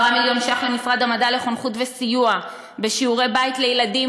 10 מיליון שקלים למשרד המדע לחונכות וסיוע בשיעורי-בית לילדים,